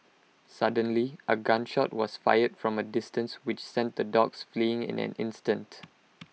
suddenly A gun shot was fired from A distance which sent the dogs fleeing in an instant